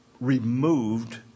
removed